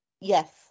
yes